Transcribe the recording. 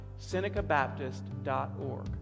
SenecaBaptist.org